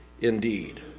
indeed